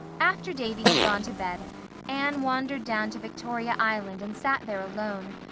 after davy had gone to bed anne wandered down to victoria island and sat there alone,